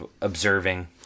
observing